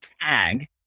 tag